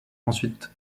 ensuite